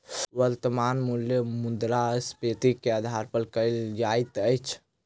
वर्त्तमान मूल्य मुद्रास्फीति के आधार पर कयल जाइत अछि